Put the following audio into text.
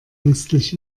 ängstlich